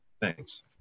Thanks